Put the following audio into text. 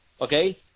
okay